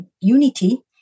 unity